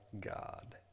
God